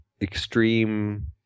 extreme